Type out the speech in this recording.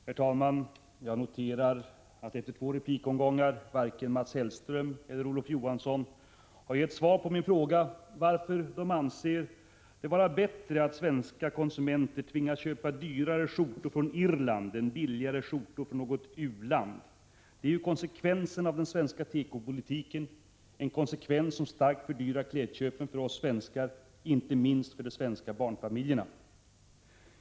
Herr talman! Jag noterar att, efter två replikomgångar, varken Mats Hellström eller Olof Johansson har gett svar på min fråga varför de anser det vara bättre att svenska konsumenter tvingas köpa dyrare skjortor från Irland än billigare skjortor från något u-land. Det är konsekvensen av den svenska tekopolitiken. Det är en konsekvens som starkt fördyrar klädköpen för oss svenskar, inte minst för de svenska barnfamiljerna.